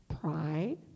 pride